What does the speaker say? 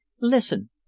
Listen